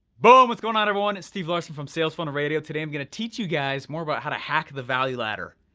boom! what's going on everyone? it's steve larsen from sales funnel radio. today i'm going to teach you guys more about how to hack the value ladder.